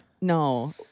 No